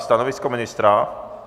Stanovisko ministra?